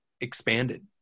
expanded